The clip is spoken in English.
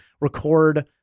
record